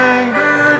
anger